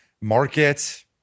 market